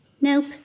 Nope